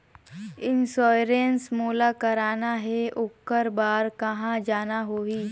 Insurance मोला कराना हे ओकर बार कहा जाना होही?